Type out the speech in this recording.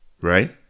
right